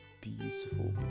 beautiful